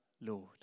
Lord